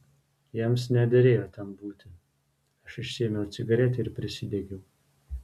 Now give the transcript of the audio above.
jiems nederėjo ten būti aš išsiėmiau cigaretę ir prisidegiau